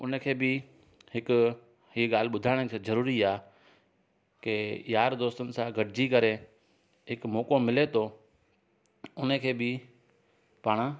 उनखे बि हिकु हीअ ॻाल्हि ॿुधाइण बि जरूरी आहे की यार दोस्तनि सां गॾुजी करे हिकु मौक़ो मिले थो उनखे बि पाण